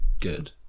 good